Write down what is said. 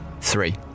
three